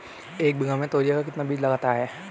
एक बीघा में तोरियां का कितना बीज लगता है?